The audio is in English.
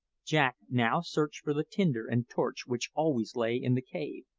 jack now searched for the tinder and torch which always lay in the cave.